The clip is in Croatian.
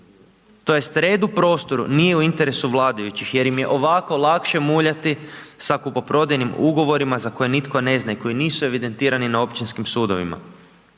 Tj. red u prostoru nije u interesu vladajućih, jer ih im je ovako lakše muljati sa kupoprodajnim ugovorima, za koje nitko ne zna i koji nisu evidentirani na općinskim sudovima.